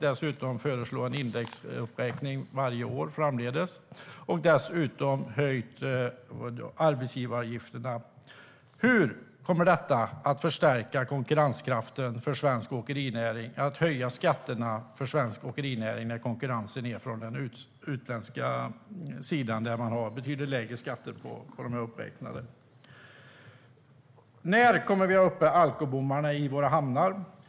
Dessutom föreslår man en höjd indexuppräkning varje år framdeles och att arbetsgivaravgifterna ska höjas. Hur kommer höjda skatter för svensk åkerinäring att förstärka konkurrenskraften för svensk åkerinäring gentemot lastbilar från länder där man har betydligt lägre skatter? När kommer vi att ha alkobommarna uppe i våra hamnar?